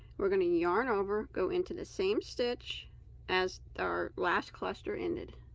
we're gonna yarn over go into the same stitch as our last cluster ended